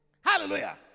Hallelujah